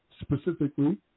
specifically